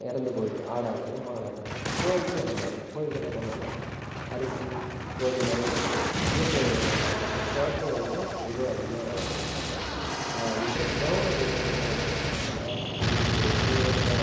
இறந்து போய்விடுது ஆடாக இருந்தாலும் மாடாக இருந்தாலும் கோழிக்கும் அதுமாதிரிதான் கோழிக்கு என்ன பண்ணுவோனால் அரிசி கோதுமை இயற்கை உணவுகள்தான் கொடுப்போம் செயற்கை வந்து எதுவும் அதிகமாக நான் கொடுக்க மாட்டோம் இதுக்கு வந்து கவர்மெண்ட் என்ன திட்டங்கள் கொடுத்து இருக்காங்கனால் இதுக்கு வந்து இப்போ